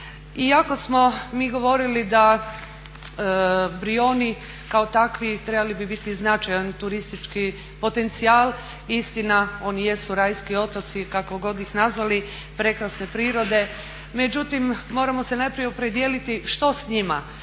Iako smo mi govorili da Brijoni kao takvi trebali bi biti značajan turistički potencijal. Istina, oni jesu rajski otoci kako god ih nazvali prekrasne prirode, međutim moramo se najprije opredijeliti što s njima.